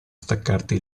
staccarti